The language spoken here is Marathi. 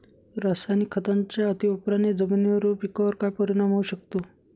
रासायनिक खतांच्या अतिवापराने जमिनीवर व पिकावर काय परिणाम होऊ शकतो?